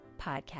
podcast